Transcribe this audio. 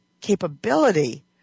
capability